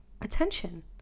Attention